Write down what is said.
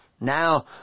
Now